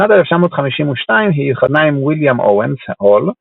בשנת 1952 היא התחתנה עם ויליאם אוונס הול,